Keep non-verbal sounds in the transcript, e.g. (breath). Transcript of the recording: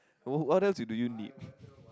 wh~ what else do you need (breath)